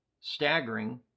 staggering